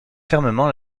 fermement